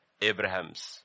Abraham's